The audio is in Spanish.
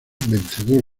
vencedor